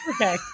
okay